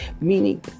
meaning